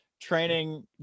training